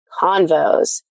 Convos